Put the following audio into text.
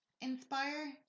inspire